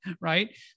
right